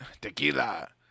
Tequila